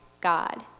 God